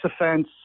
offense